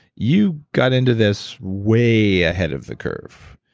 you got into this way ahead of the curve.